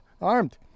armed